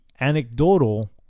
anecdotal